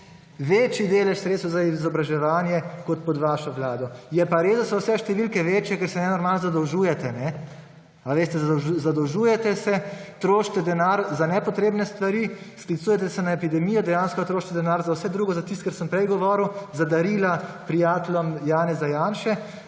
večji delež sredstev za izobraževanje, kot pod vašo vlado. Je pa res, da so vse številke večje, ker se nenormalno zadolžujete. A veste, zadolžujete se, trošite denar za nepotrebne stvari, sklicujete se na epidemijo, dejansko trošite denar za vse drugo, za tisto, kar sem prej govoril, za darila prijateljem Janeza Janše,